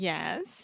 Yes